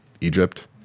Egypt